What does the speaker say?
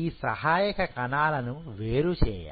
ఈ సహాయక కణాలను వేరు చేయాలి